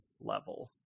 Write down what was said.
level